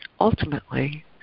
ultimately